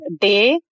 day